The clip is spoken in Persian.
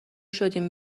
شدیم